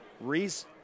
Reese